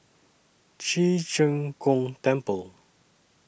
Ci Zheng Gong Temple